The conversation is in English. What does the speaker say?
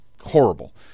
Horrible